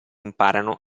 imparano